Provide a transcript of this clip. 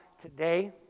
today